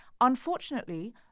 Unfortunately